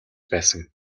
байсан